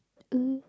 uh